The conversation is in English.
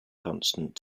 constant